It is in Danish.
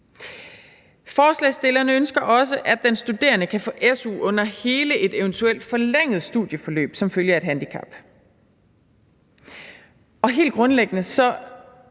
Forslagsstillerne ønsker også, at den studerende kan få su under hele et eventuelt forlænget studieforløb som følge af et handicap. Helt grundlæggende